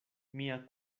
mia